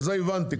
זה הבנתי.